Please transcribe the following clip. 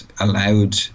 allowed